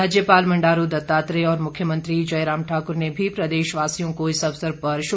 राज्यपाल बंडारू दत्तात्रेय और मुख्यमंत्री जयराम ठाकुर ने भी प्रदेशवासियों को इस अवसर पर शुभकामनाएं दी हैं